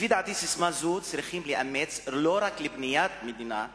לפי דעתי את הססמה הזאת צריכים לאמץ לא רק לבניית מדינה ליהודים,